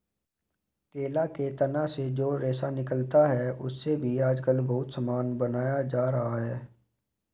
केला के तना से जो रेशा निकलता है, उससे भी आजकल बहुत सामान बनाया जा रहा है